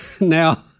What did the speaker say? Now